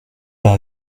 par